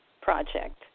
project